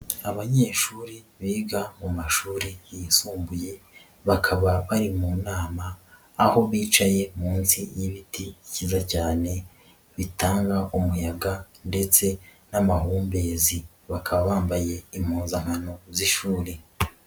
Abanyeshuri biga mu mashuri yisumbuye, bakaba bari mu nama aho bicaye munsi y'ibiti byiza cyane bitanga umuyaga ndetse n'amahumbezi, bakaba bambaye impuzankano z'ishuri.